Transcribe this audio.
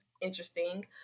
interesting